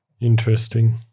interesting